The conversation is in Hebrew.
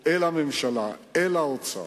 לממשלה, לאוצר,